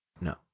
No